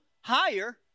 higher